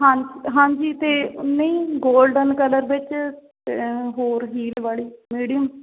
ਹਾਂ ਹਾਂਜੀ ਅਤੇ ਨਹੀਂ ਗੋਲਡਨ ਕਲਰ ਵਿੱਚ ਹੋਰ ਹੀਲ ਵਾਲੀ ਮੀਡੀਅਮ